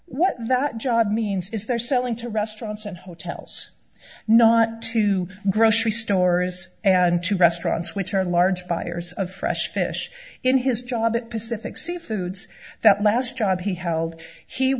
what that job means is they're selling to restaurants and hotels not to grocery stores and to restaurants which are large buyers of fresh fish in his job and pacific sea foods that last job he held he